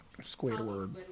Squidward